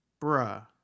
Bruh